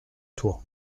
toit